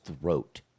throat